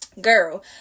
girl